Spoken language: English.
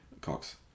Cox